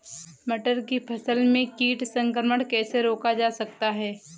मटर की फसल में कीट संक्रमण कैसे रोका जा सकता है?